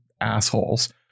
assholes